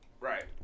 Right